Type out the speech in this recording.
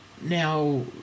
now